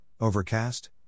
Overcast